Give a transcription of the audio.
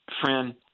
Friend